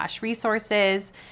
resources